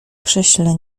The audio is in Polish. krześle